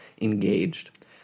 engaged